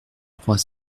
trois